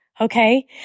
okay